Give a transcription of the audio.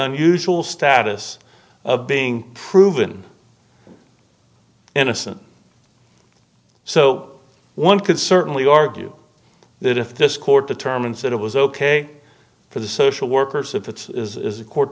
unusual status of being proven innocent so one could certainly argue that if this court determines that it was ok for the social workers if it's court